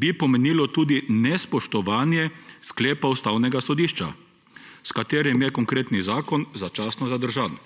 bi pomenilo tudi nespoštovanje sklepa Ustavnega sodišča, s katerim je konkretni zakon začasno zadržan«.